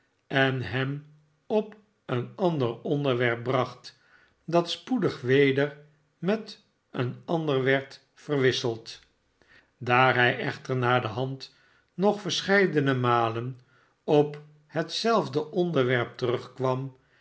en hem op een ander onderwerp bracht dat spoedig weder met een ander werd verwisseld daar hij echter naderhand nog verscheidene malen op hetzelfde onderwerp terugkwam